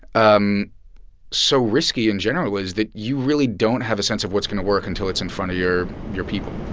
um so risky in general is that you really don't have a sense of what's going to work until it's in front of your your people